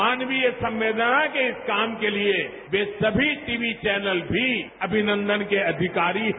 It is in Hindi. मानवीय संवेदना के इस काम के लिए वे सभी टीवी चौनल भी अभिनंदन के अधिकारी है